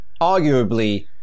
arguably